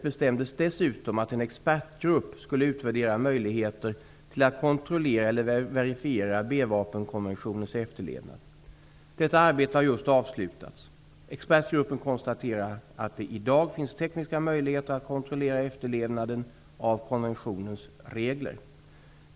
bestämdes dessutom att en expertgrupp skulle utvärdera möjligheter till att kontrollera eller verifiera B-vapenkonventionens efterlevnad. Detta arbete har just avslutats. Expertgruppen konstaterar att det i dag finns tekniska möjligheter att kontrollera efterlevnaden av konventionens regler.